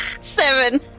Seven